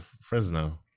Fresno